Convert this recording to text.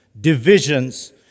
divisions